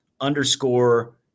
underscore